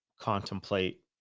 contemplate